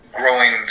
growing